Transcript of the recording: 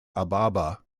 ababa